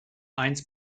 eins